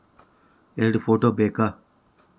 ಎರಡು ಫೋಟೋ ಬೇಕಾ?